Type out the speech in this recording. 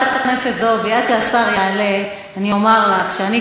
עד שסגן השר יעלה אני אומר לך שאני,